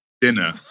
dinner